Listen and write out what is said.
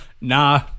nah